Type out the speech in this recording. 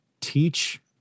teach